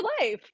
life